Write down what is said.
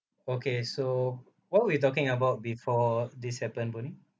okay so what we talking about before this happened boon hee